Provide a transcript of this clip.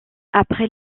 après